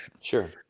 Sure